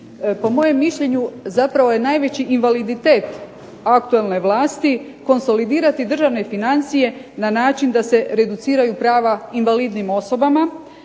Po mojem mišljenju zapravo je najveći invaliditet aktualne vlasti konsolidirati državne financije na način da se reduciraju prava invalidnim osobama,